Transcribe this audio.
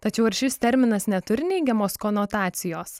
tačiau ar šis terminas neturi neigiamos konotacijos